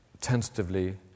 tentatively